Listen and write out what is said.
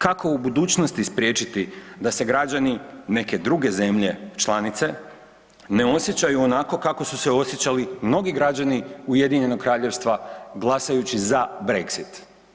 Kako u budućnosti spriječiti da se građani neke druge zemlje članice ne osjećaju onako kako su se osjećali mnogi građani UK-a glasajući za Brexit.